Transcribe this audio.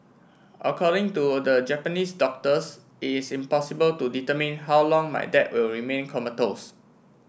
according to the Japanese doctors it is impossible to determine how long my dad will remain comatose